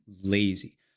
lazy